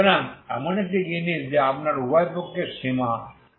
সুতরাং এমন একটি জিনিস যা আপনার উভয় পক্ষের সীমা আছে